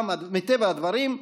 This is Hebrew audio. מטבע הדברים,